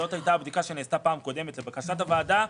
זאת הייתה הבדיקה שנעשתה בפעם הקודמת לבקשת הוועדה,